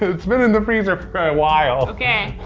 ah it's been in the freezer for a while. okay,